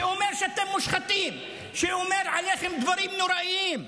שאומר שאתם מושחתים, שאומר עליכם דברים נוראיים,